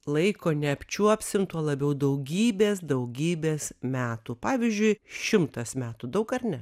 laiko neapčiuopsim tuo labiau daugybės daugybės metų pavyzdžiui šimtas metų daug ar ne